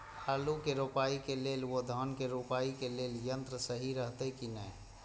आलु के रोपाई के लेल व धान के रोपाई के लेल यन्त्र सहि रहैत कि ना?